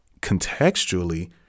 contextually